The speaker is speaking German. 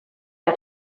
der